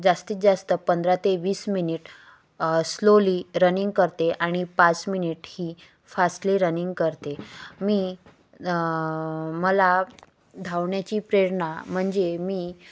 जास्तीत जास्त पंधरा ते वीस मिनिट स्लोली रनिंग करते आणि पाच मिनिट ही फास्टली रनिंग करते मी मला धावण्याची प्रेरणा म्हणजे मी